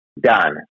done